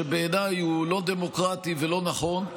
שבעיניי הוא לא דמוקרטי ולא נכון,